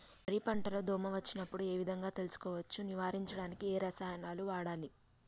వరి పంట లో దోమ వచ్చినప్పుడు ఏ విధంగా తెలుసుకోవచ్చు? నివారించడానికి ఏ రసాయనాలు వాడాలి?